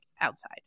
outside